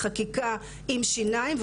היא חקיקה עם שיניים,